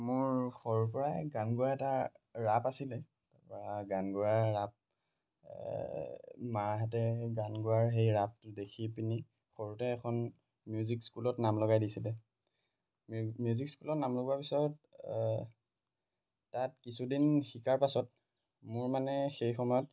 মোৰ সৰুৰ পৰাই গান গোৱা এটা ৰাপ আছিলে গান গোৱা ৰাপ মাহঁতে গান গোৱাৰ সেই ৰাপটো দেখি পিনি সৰুতে এখন মিউজিক স্কুলত নাম লগাই দিছিলে মি মিউজিক স্কুলত নাম লগোৱাৰ পিছত তাত কিছুদিন শিকাৰ পাছত মোৰ মানে সেই সময়ত